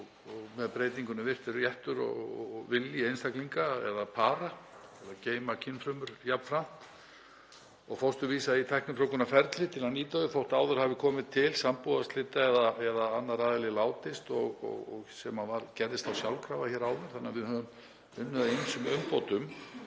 um. Með breytingunni er virtur réttur og vilji einstaklinga eða para til geyma kynfrumur og fósturvísa í tæknifrjóvgunarferli til að nýta það þótt áður hafi komið til sambúðarslita eða annar aðili látist, sem gerðist þá sjálfkrafa hér áður, þannig að við höfum unnið að ýmsum umbótum.